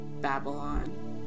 Babylon